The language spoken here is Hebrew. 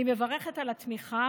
אני מברכת על התמיכה.